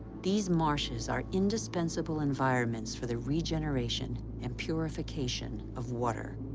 these marshes are indispensable environments for the regeneration and purification of water.